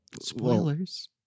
Spoilers